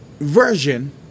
version